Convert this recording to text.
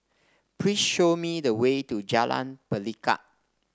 please show me the way to Jalan Pelikat